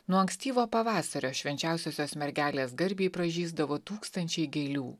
nuo ankstyvo pavasario švenčiausiosios mergelės garbei pražysdavo tūkstančiai gėlių